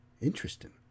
Interesting